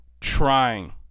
trying